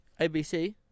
ABC